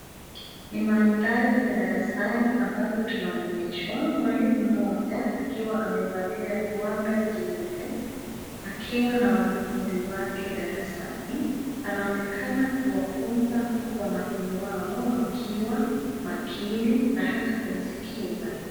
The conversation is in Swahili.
Ni mandhari ya darasani ambapo tunaonyeshwa mwalimu mmoja akiwa amevalia gwanda jeupe akiwa na wanafunzi wake darasani. Anaonekana kuwafunza huku wanafunzi hao wakiwa makini na hata kumskiza.